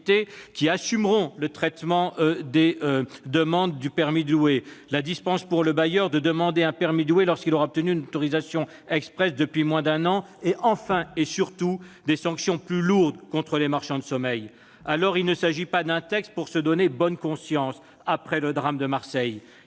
qui assumeront le traitement des demandes du « permis de louer »; la dispense pour le bailleur de demander un « permis de louer » lorsqu'il aura déjà obtenu une autorisation expresse depuis moins d'un an. Enfin, et surtout, elle a prévu des sanctions plus lourdes contre les marchands de sommeil. Il ne s'agit pas d'un texte pour se donner bonne conscience après le drame de Marseille.